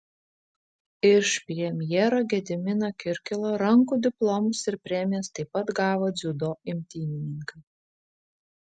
iš premjero gedimino kirkilo rankų diplomus ir premijas taip pat gavo dziudo imtynininkai